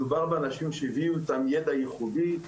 מדובר באנשים שהביאו איתם ידע ייחודי.